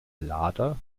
lader